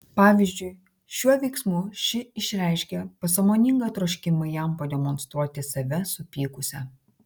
pavyzdžiui šiuo veiksmu ši išreiškė pasąmoningą troškimą jam pademonstruoti save supykusią